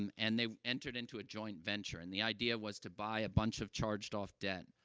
um and they entered into a joint venture. and the idea was to buy a bunch of charged-off debt,